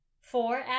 Four